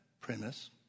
premise